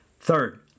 Third